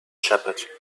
shepherd